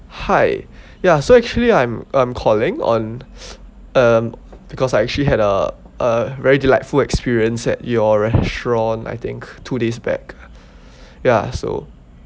hi ya so actually I'm I'm calling on um because I actually had a uh very delightful experience at your restaurant I think two days back ya so